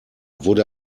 wurde